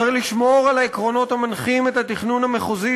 צריך לשמור על העקרונות המנחים את התכנון המחוזי